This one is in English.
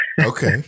Okay